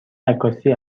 عکاسی